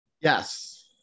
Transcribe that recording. Yes